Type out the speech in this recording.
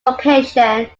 location